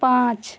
पाँच